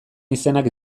izenak